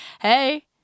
hey